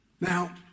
Now